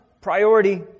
priority